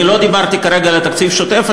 אני לא דיברתי כרגע על התקציב השוטף,